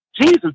Jesus